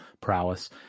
prowess